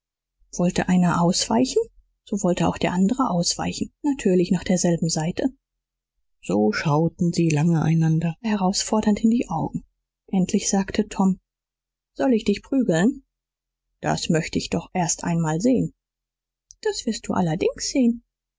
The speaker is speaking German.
wollte einer ausweichen so wollte auch der andere ausweichen natürlich nach derselben seite so schauten sie lange einander herausfordernd in die augen endlich sagte tom soll ich dich prügeln das möchte ich doch erst einmal sehen das wirst du allerdings sehen